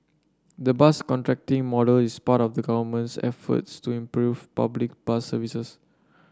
the bus contracting model is part of the Government's efforts to improve public bus services